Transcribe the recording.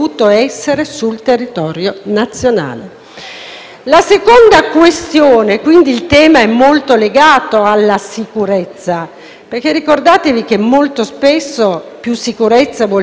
La seconda questione è molto legata alla sicurezza, perché ricordate che molto spesso più sicurezza vuol dire più libertà, soprattutto per noi donne.